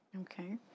Okay